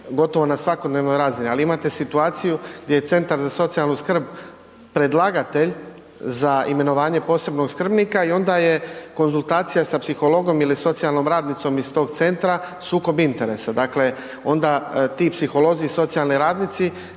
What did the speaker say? gotovo na svakodnevnoj razini, ali imate situaciju gdje je Centar za socijalnu skrb predlagatelj za imenovanje posebnog skrbnika i onda je konzultacija sa psihologom ili socijalnom radnicom iz tog centra sukob interesa. Dakle onda ti psiholozi i socijalni radnici